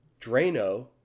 Drano